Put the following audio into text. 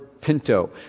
Pinto